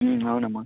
అవును అమ్మ